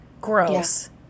Gross